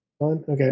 Okay